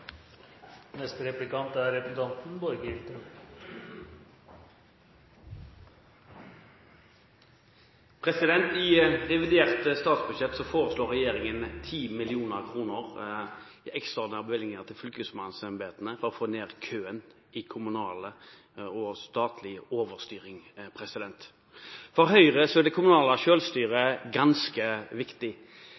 I revidert statsbudsjett foreslår regjeringen 10 mill. kr i ekstraordinære bevilgninger til fylkesmannsembetene for å få ned køen i kommunal og statlig overstyring. For Høyre er det kommunale